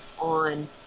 on